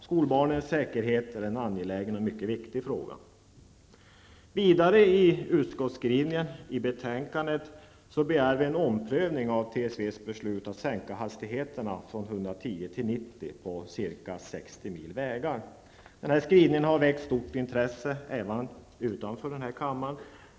Skolbarnens säkerhet är en angelägen och mycket viktig fråga. Vidare i utskottets skrivning i betänkandet begär vi en omprövning av TSVs beslut att sänka hastigheterna från 110 km tim på ca 60 mil vägar. Denna skrivning har väckt stort intresse även utanför denna kammare.